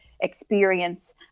experience